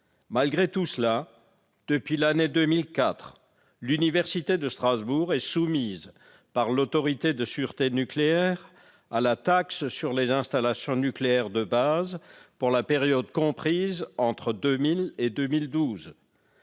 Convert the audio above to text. Malgré cela, depuis l'année 2004, l'université de Strasbourg est soumise par l'Autorité de sûreté nucléaire, l'ASN, à la taxe sur les installations nucléaires de base pour la période comprise entre 2000 et 2012.